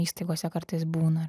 įstaigose kartais būna